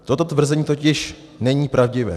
Toto tvrzení totiž není pravdivé.